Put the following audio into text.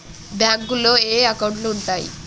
బ్యాంకులో ఏయే అకౌంట్లు ఉంటయ్?